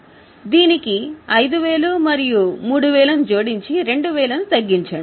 దీనికి 5000 మరియు 3000 జోడించి 2000 ను తగ్గించండి